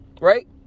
Right